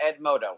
Edmodo